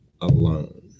alone